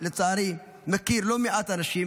לצערי, אני מכיר לא מעט אנשים